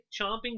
chomping